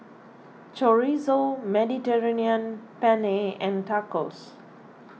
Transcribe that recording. Chorizo Mediterranean Penne and Tacos